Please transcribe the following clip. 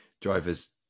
drivers